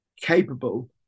capable